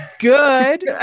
good